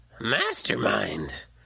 Mastermind